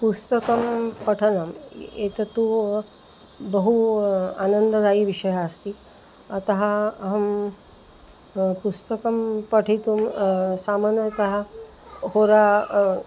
पुस्तकं पठनम् एतत्तु बहु आनन्ददायी विषयः अस्ति अतः अहं पुस्तकं पठितुं सामान्यतः होरा